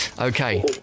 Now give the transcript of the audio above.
Okay